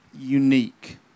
unique